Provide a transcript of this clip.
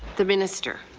the minister.